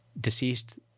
deceased